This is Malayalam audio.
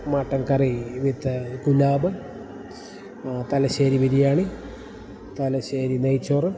mutton curry with Gulab Thalassery biryani Thalassery നെയ്ച്ചോറ്